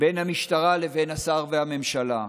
בין המשטרה לבין השר והממשלה.